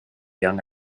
young